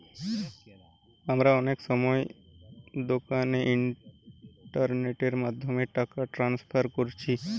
আমরা অনেক সময় দোকানে ইন্টারনেটের মাধ্যমে টাকা ট্রান্সফার কোরছি